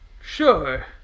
sure